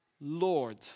Lord